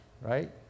right